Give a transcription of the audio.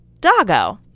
Doggo